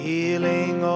Healing